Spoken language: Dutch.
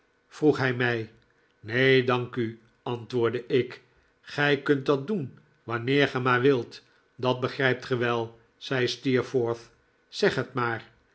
vroeg hij mij neen dank u antwoordde ik gij kunt dat doen wanneer ge maar wilt dat begrijpt ge wel zei steerforth zeg het maar